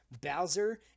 Bowser